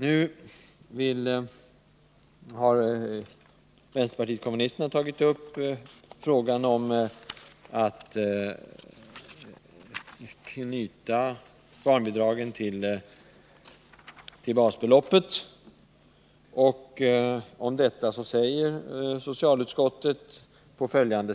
Nu har vänsterpartiet kommunisterna tagit upp frågan om att knyta barnbidraget till basbeloppet, och om detta säger socialutskottet följande: